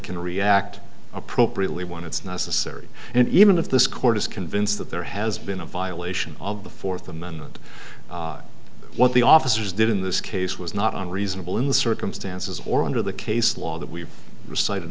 can react appropriately when it's necessary and even if this court is convinced that there has been a violation of the fourth amendment what the officers did in this case was not unreasonable in the circumstances or under the case law that we